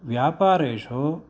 व्यापारेषु